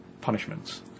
punishments